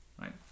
right